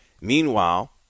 Meanwhile